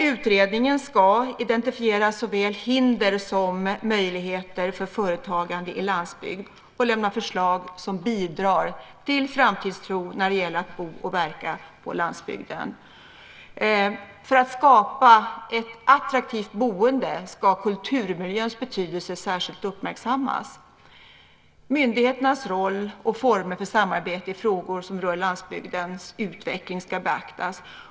Utredningen ska identifiera såväl hinder som möjligheter för företagande i landsbygd och lämna förslag som bidrar till framtidstro när det gäller att bo och verka på landsbygden. För att skapa ett attraktivt boende ska kulturmiljöns betydelse särskilt uppmärksammas. Myndigheternas roll och former för samarbete i frågor som rör landsbygdens utveckling ska beaktas.